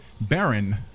Baron